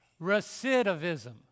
Recidivism